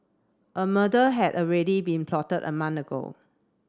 a murder had already been plotted a month ago